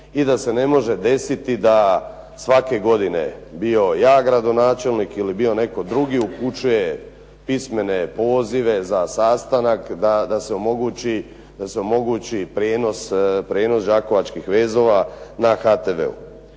i da se ne može desiti da svake godine, bio ja gradonačelnik ili bio netko drugi, upućuje pismene pozive za sastanak da se omogući prijenos Đakovačih vezova na HTV-u.